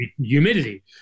humidity